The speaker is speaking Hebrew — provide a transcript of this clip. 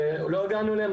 ולא הגענו אליהם,